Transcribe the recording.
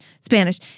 Spanish